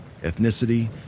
ethnicity